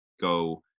go